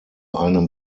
einem